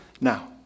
now